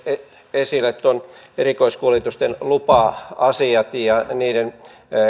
esille erikoiskuljetusten lupa asiat ja niiden